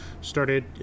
started